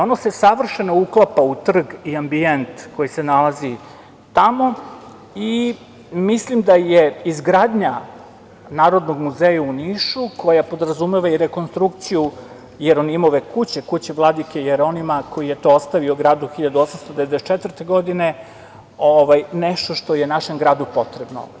Ono se savršeno uklapa u trg i ambijent koji se nalazi tamo i mislim da je izgradnja Narodnog muzeja u Nišu, koja podrazumeva i rekonstrukciju kuće vladike Jeronima koji je to ostavio gradu 1894. godine, nešto što je našem gradu potrebno.